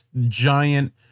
giant